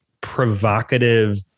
provocative